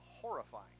horrifying